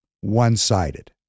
one-sided